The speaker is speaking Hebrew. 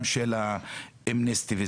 גם אמנסטי,